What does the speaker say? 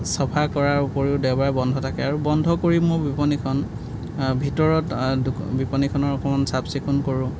চফা কৰাৰ উপৰিও দেওবাৰে বন্ধ থাকে আৰু বন্ধ কৰি মোৰ বিপনীখন ভিতৰত বিপণিখনৰ অকণমান চাফচিকুণ কৰোঁ